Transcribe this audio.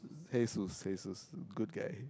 hey Suess hey Suess good guy